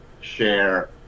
share